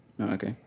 okay